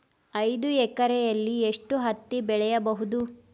ಐದು ಎಕರೆಯಲ್ಲಿ ಎಷ್ಟು ಹತ್ತಿ ಬೆಳೆಯಬಹುದು?